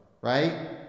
right